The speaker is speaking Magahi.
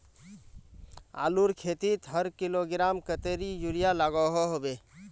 आलूर खेतीत हर किलोग्राम कतेरी यूरिया लागोहो होबे?